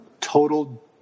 total